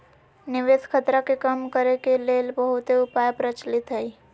निवेश खतरा के कम करेके के लेल बहुते उपाय प्रचलित हइ